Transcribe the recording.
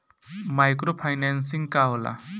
Micro financing का होला?